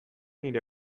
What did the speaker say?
nire